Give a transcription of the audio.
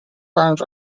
firms